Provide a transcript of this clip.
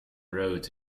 roads